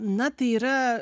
na tai yra